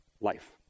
Life